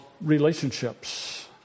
relationships